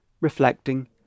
reflecting